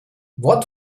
what